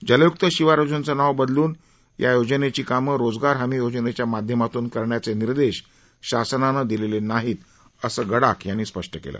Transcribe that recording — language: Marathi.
जलय्क्त शिवार योजनेचं नाव बदलून या योजनेची कामं रोजगार हमी योजनेच्या माध्यमातून करण्याचे निर्देश शासनानं दिलेले नाहीत असं गडाख यांनी स्पष्ट केलं